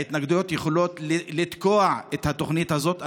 ההתנגדויות יכולות לתקוע את התוכנית הזאת.